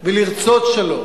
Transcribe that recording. ולרצות שלום,